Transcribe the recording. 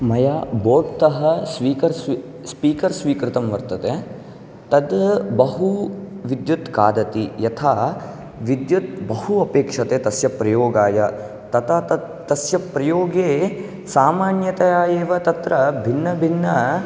मया बोत्तः स्पीकर् स्वीकृतं वर्तते तद् बहु विद्युत् कादति यथा विद्युत् बहु अपेक्षते तस्य प्रयोगाय तथा तत् तस्य प्रयोगे सामान्यतया एव तत्र भिन्न भिन्न